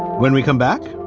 when we come back,